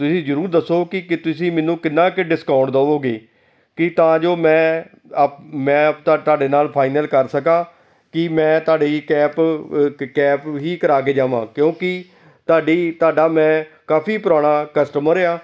ਤੁਸੀਂ ਜ਼ਰੂਰ ਦੱਸੋ ਕੀ ਕਿ ਤੁਸੀਂ ਮੈਨੂੰ ਕਿੰਨਾ ਕੁ ਡਿਸਕਾਊਂਟ ਦੇਵੋਗੇ ਕਿ ਤਾਂ ਜੋ ਮੈਂ ਅਪ ਮੈਂ ਆਪਣਾ ਤੁਹਾਡੇ ਨਾਲ ਫਾਈਨਲ ਕਰ ਸਕਾਂ ਕਿ ਮੈਂ ਤੁਹਾਡੀ ਕੈਪ ਕ ਕੈਪ ਹੀ ਕਰਾ ਕੇ ਜਾਵਾਂ ਕਿਉਂਕਿ ਤੁਹਾਡੀ ਤੁਹਾਡਾ ਮੈਂ ਕਾਫੀ ਪੁਰਾਣਾ ਕਸਟਮਰ ਆ